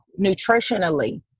nutritionally